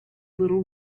little